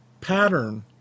pattern